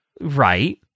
Right